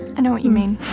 i know what you mean,